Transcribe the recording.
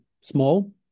small